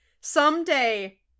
Someday